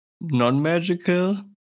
non-magical